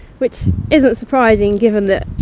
which isn't surprising given that,